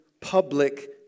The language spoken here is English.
public